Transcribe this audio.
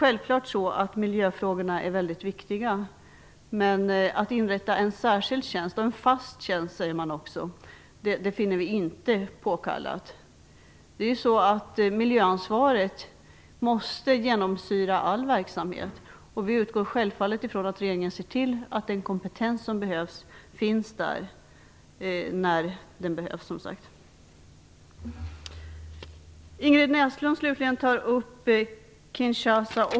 Självklart är miljöfrågorna viktiga. Men att inrätta en särskild fast tjänst finner vi inte påkallat. Miljöansvaret måste genomsyra all verksamhet, och vi utgår självfallet ifrån att regeringen ser till att den kompetens som behövs finns där när den behövs. Ingrid Näslund tar också upp Kinshasa.